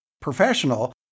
professional